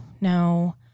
no